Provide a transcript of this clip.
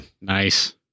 Nice